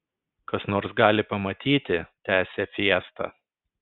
kas nors gali pamatyti tęsė fiesta